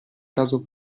caso